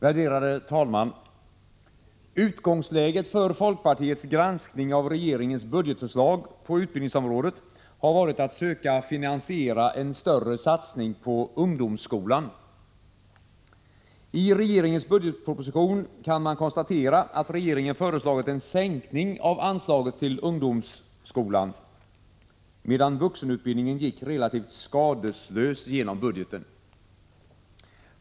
Herr talman! Utgångsläget för folkpartiets granskning av regeringens budgetförslag på utbildningsområdet har varit att söka finansiera en större satsning på ungdomsskolan. Man kan konstatera att regeringen i budgetpropositionen har föreslagit en sänkning av anslaget till ungdomsskolan, medan vuxenutbildningen gått relativt ”skadeslös” genom budgeten.